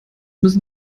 müssen